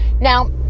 Now